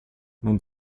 non